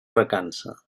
recança